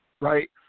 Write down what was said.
right